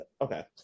okay